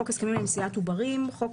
התשנ"ד 1994 ; (18)חוק הסכמים לנשיאת עוברים (אישור הסכם ומעמד היילוד),